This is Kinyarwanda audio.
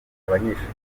abanyeshuri